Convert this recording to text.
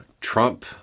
Trump